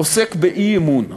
עוסק באי-אמון.